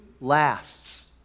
lasts